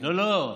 לא לא לא,